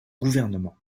gouvernement